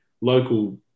local